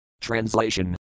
Translation